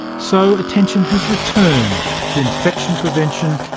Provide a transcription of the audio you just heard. so attention has returned to infection prevention,